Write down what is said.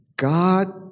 God